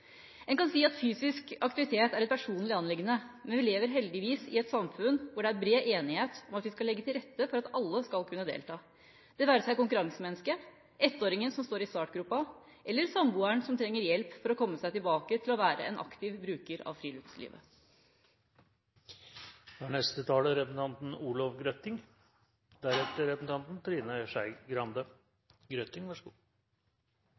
En kan si at fysisk aktivitet er et personlig anliggende, men vi lever heldigvis i et samfunn hvor det er bred enighet om at vi skal legge til rette for at alle skal kunne delta – det være seg konkurransemennesket, ettåringen som står i startgropa eller samboeren som trenger hjelp for å komme seg tilbake til å være en aktiv bruker av friluftslivet. Idretten er